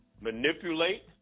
manipulate